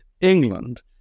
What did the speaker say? England